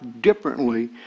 differently